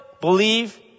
believe